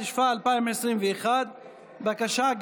התשפ"א 2021. בבקשה,